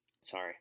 sorry